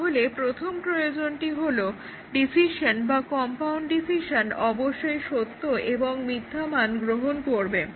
তাহলে প্রথম প্রয়োজনটি হলো ডিসিশন বা কম্পাউন্ড ডিসিশন অবশ্যই সত্য এবং মিথ্যা মান গ্রহণ করবে